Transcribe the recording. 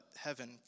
heaven